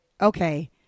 Okay